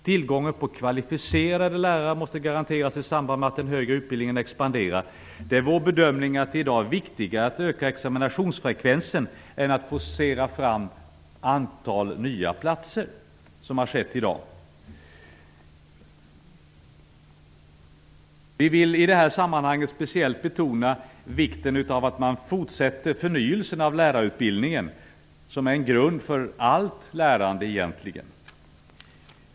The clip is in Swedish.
Tillgången på kvalificerade lärare måste garanteras i samband med att den högre utbildningen expanderar. Det är vår bedömning att det i dag är viktigare att öka examinationsfrekvensen än att forcera fram ett antal nya platser, som har skett i dag. Vi vill i detta sammanhang speciellt betona vikten av att man fortsätter förnyelsen av lärarutbildningen, som egentligen är en grund för allt lärande.